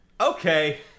Okay